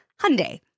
Hyundai